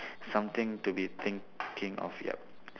something to be thinking of yup